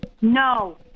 No